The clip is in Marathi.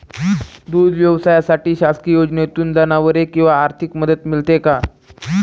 दूध व्यवसायासाठी शासकीय योजनेतून जनावरे किंवा आर्थिक मदत मिळते का?